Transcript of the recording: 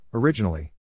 Originally